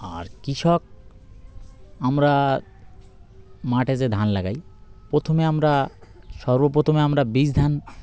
আর কৃষক আমরা মাঠে যে ধান লাগাই প্রথমে আমরা সর্বপ্রথমে আমরা বীজ ধান